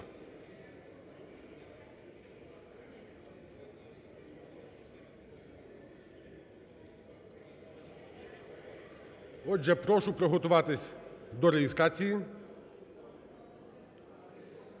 Отже, прошу приготуватись до реєстрації.